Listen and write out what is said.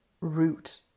root